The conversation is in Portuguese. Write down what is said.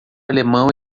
alemão